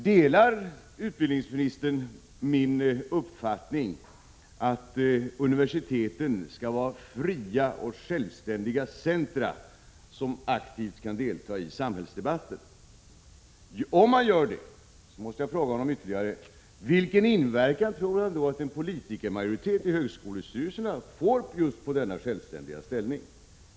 Delar utbildningsministern min uppfattning att universiteten skall vara fria och självständiga centrå som aktivt kan delta i samhällsdebatten? Om han gör det, måste jag fråga honom ytterligare: Vilken inverkan tror han då att en politikermajoritet i högskolestyrelserna får just på denna självständiga ställning?